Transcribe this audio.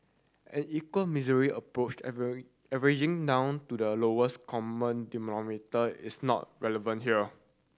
an equal misery approach averaging down to the lowest common is not relevant here